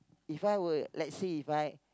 If I were let's say If I